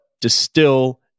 distill